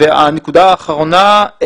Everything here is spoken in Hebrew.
הנקודה האחרונה.